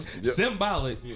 Symbolic